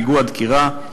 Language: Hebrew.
פיגוע דקירה,